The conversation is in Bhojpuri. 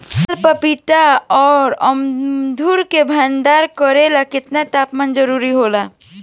बेल पपीता और अमरुद के भंडारण करेला केतना तापमान जरुरी होला?